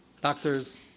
doctors